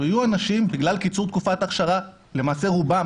יהיו אנשים, בגלל קיצור תקופת אכשרה למעשה רובם